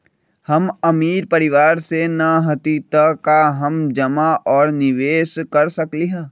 हम अमीर परिवार से न हती त का हम जमा और निवेस कर सकली ह?